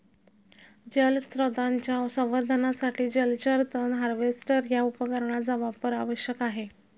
जलस्रोतांच्या संवर्धनासाठी जलचर तण हार्वेस्टर या उपकरणाचा वापर आवश्यक आहे